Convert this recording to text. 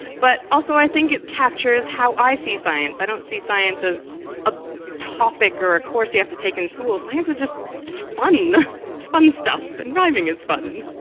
but also i think it captures how i see science. i don't see science as a topic or a course you have to take in school, science is just fun, it's fun stuff and rhyming is fun.